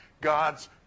God's